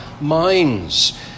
minds